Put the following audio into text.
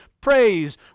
praise